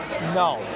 No